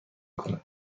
کند